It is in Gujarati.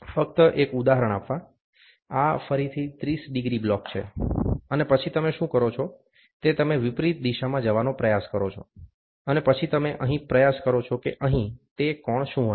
ફક્ત એક ઉદાહરણ આપવા આ ફરીથી 30 ડિગ્રી બ્લોક છે અને પછી તમે શું કરો છો તે તમે વિપરીત દિશામાં જવાનો પ્રયાસ કરો છો અને પછી તમે અહીં પ્રયાસ કરો છો કે અહીં તે કોણ શું હશે